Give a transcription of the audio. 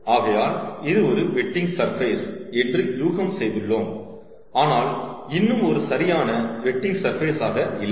ஆகையால் இது ஒரு வெட்டிங் சர்ஃபேஸ் என்று யூகம் செய்துள்ளோம் ஆனால் இன்னும் ஒரு சரியான வெட்டிங் சர்ஃபேஸ் ஆக இல்லை